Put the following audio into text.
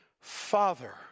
Father